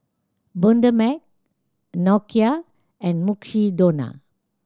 Bundaberg Nokia and Mukshidonna